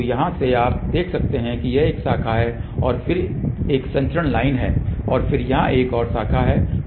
तो यहाँ से आप देख सकते हैं कि यह एक शाखा है और फिर एक संचरण लाइन है और फिर यहाँ एक और शाखा है